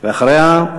ואחריה,